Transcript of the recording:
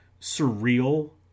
surreal